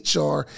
HR